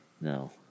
No